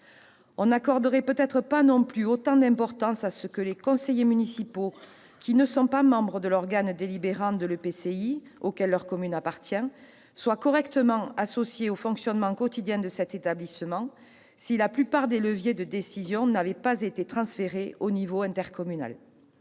On n'accorderait peut-être pas non plus autant d'importance à ce que les conseillers municipaux qui ne sont pas membres de l'organe délibérant de l'EPCI auquel leur commune appartient soient correctement associés au fonctionnement quotidien de cet établissement si la plupart des leviers de décision n'avaient pas été transférés au niveau intercommunal.